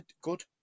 good